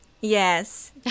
Yes